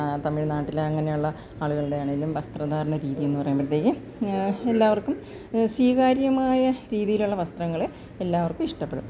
തമിഴ്നാട്ടിലങ്ങനെ ഉള്ള ആളുകളുടെ ആണേലും വസ്ത്രധാരണ രീതിയിൽ നിന്ന് പറയുമ്പഴത്തേക്ക് എല്ലാവർക്കും സ്വീകാര്യമായ രീതീയിലുള്ള വസ്ത്രങ്ങള് എല്ലാവർക്കും ഇഷ്ടപ്പെടും